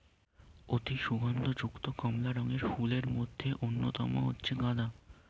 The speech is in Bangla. অতি সুগন্ধ যুক্ত কমলা রঙের ফুলের মধ্যে অন্যতম হচ্ছে গাঁদা